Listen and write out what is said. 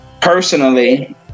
personally